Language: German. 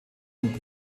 und